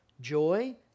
joy